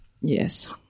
Yes